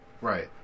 Right